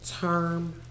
term